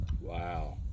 Wow